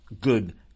good